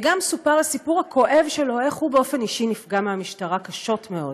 וגם סופר הסיפור הכואב שלו איך הוא באופן אישי נפגע מהמשטרה קשות מאוד.